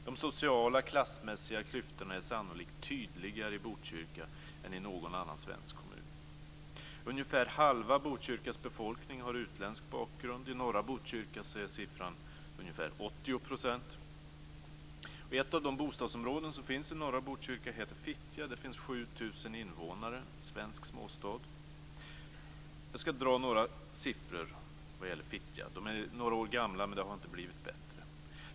De sociala klassmässiga klyftorna är sannolikt tydligare i Botkyrka än i någon annan svensk kommun. Ungefär hälften av Botkyrkas befolkning har utländsk bakgrund; i norra Botkyrka är siffran ungefär Fittja. Där finns 7 000 invånare - en svensk småstad. Jag skall dra några siffror för Fittja. De är några år gamla, men det har inte blivit bättre.